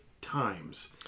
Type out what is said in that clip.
Times